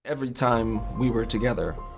every time we were together,